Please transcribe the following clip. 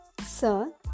Sir